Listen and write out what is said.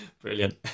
Brilliant